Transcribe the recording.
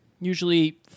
Usually